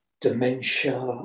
dementia